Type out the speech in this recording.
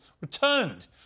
returned